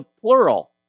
plural